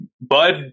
Bud